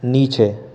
नीचे